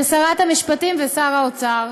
שרת המשפטים ושר האוצר.